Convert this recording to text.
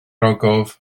ogof